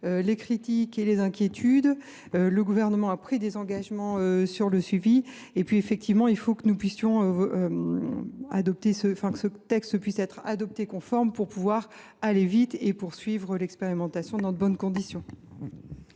les critiques et les inquiétudes. Le Gouvernement a pris des engagements sur le suivi. Par ailleurs, il faut que ce texte puisse être adopté conforme pour que nous puissions aller vite et poursuivre l’expérimentation dans de bonnes conditions.